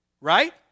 right